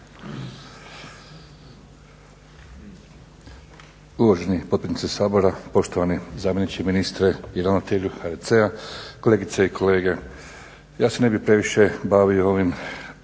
Uvaženi potpredsjedniče Sabora, poštovani zamjeniče ministra i ravnatelju HCR-a, kolegice i kolege. Ja se ne bih previše bavio ovim